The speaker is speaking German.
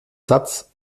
satz